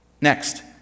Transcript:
Next